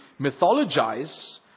mythologize